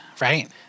right